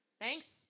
thanks